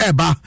Eba